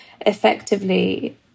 effectively